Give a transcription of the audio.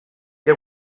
que